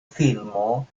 filmo